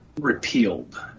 repealed